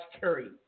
Curry